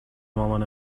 مامان